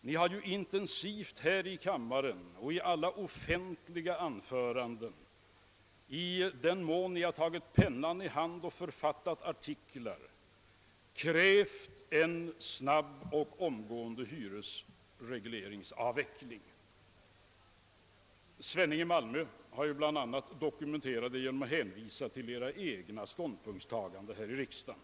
Ni har intensivt — här i kammaren, i alla offentliga anföranden och i den mån ni tagit pennan i hand och författat artiklar — krävt en snabb och omgående avveckling av hyresregleringen. Herr Svenning i Malmö har bl.a. dokumenterat detta genom att hänvisa till edra egna ståndpunktstaganden här i riksdagen.